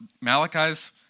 Malachi's